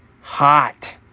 hot